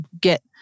get